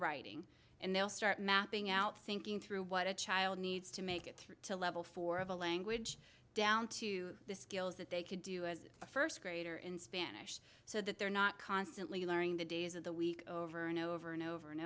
writing and they'll start mapping out thinking through what a child needs to make it through to level four of a language down to the skills that they could do as a first grader in spanish so that they're not constantly learning the days of the week over and over and over and